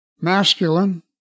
masculine